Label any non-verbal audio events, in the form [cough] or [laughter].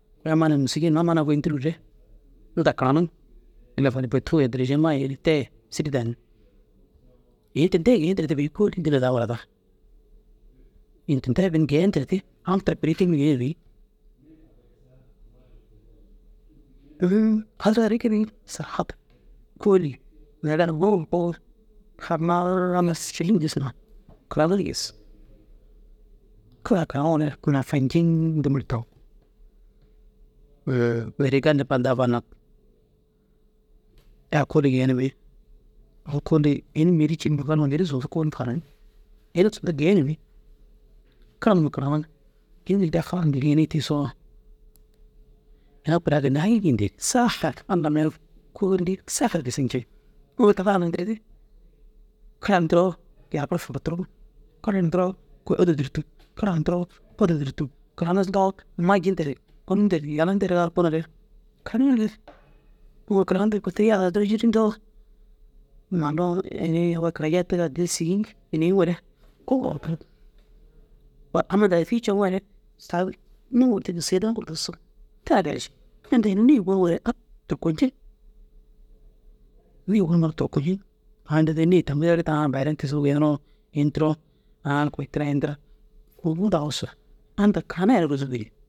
Damenu mûsiliye numa amma nayi goyintu dîi rure inta karaniŋ [unintelligible] derajema ye ini tira ye sîri danni ini dêk ini tira kôoli dîna dama da bêi ini tinta bini geentir tirde au tira kuiri geeŋire bêi kôoli uuu [unintelligible] kôli karani gîs kara karaniŋoore nafanciŋ dîmir taŋu. Uuũ mêri ai gali da bal nak ai kôoli geenimi ini kôoli mêri zuntu cî numa ru kôoli tirimmi mêri zuntu farimmi ini zuntu kôoli geenimmi kara numa karan ini intayi uŋko karan tini kôi teru yaga duro jîrintoo au ai kara jehetigaa addi sîgi iniŋoore amma da sîgi ceŋoore tani nûŋur dii daŋur duzug. Te gali šii inta unu nê gonuŋooe kat turkuŋciŋ nîye gonuŋoore turkuŋci inta deri nê tami deere tani baaden kisirig aaa kôi tira ini tira ita karanere rôzu wîriŋ.